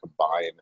combine